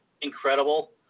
incredible